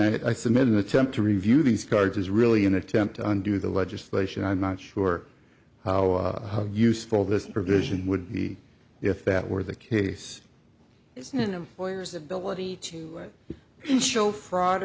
and i submitted an attempt to review these cards is really an attempt to undo the legislation i'm not sure how useful this provision would be if that were the case it's an employer's ability to show fraud